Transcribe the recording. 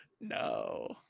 no